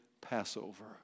Passover